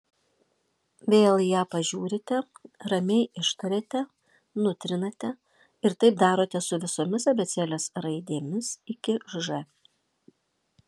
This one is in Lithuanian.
vėl į ją pažiūrite ramiai ištariate nutrinate ir taip darote su visomis abėcėlės raidėmis iki ž